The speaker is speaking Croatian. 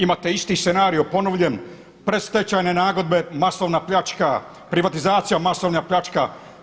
Imate isti scenarij ponovljen, predstečajne nagodbe, masovna pljačka, privatizacija masovna pljačka.